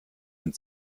den